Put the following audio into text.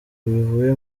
bivuye